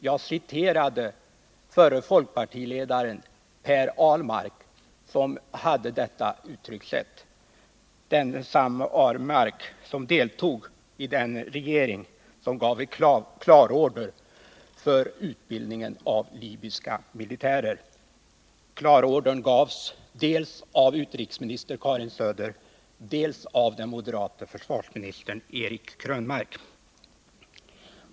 Jag citerade förre folkpartiledaren Per Ahlmark, som använde detta uttryckssätt — samme Per Ahlmark som deltog i den regering som gav klartecken för utbildningen av libyska militärer. Klartecknet gavs Gels av utrikesministern Karin Söder, dels av den moderate försvarsministern Eric Krönmark.